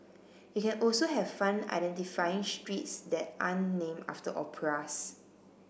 you can also have fun identifying streets that aren't name after operas